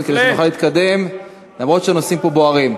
כדי שנוכל להתקדם אף שהנושאים פה בוערים.